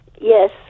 Yes